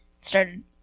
started